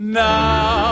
now